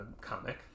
comic